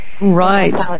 Right